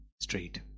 straight